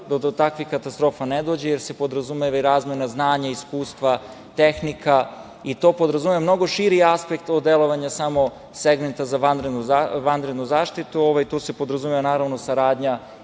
do takvih katastrofa ne dođe, jer se podrazumeva i razmena znanja, iskustva, tehnika i to podrazumeva mnogo širi aspekt od delovanja samo segmenta za vanrednu zaštitu. Tu se podrazumeva, naravno, saradnja